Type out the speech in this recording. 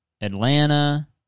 Atlanta